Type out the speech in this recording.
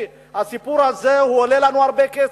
הסיפור הזה עולה לנו הרבה כסף,